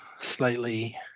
slightly